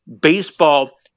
baseball